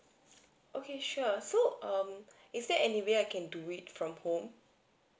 okay sure so um is there any way I can do it from home